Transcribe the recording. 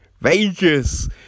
Vegas